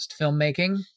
filmmaking